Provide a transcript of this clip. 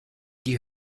die